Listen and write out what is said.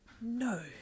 No